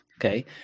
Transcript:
okay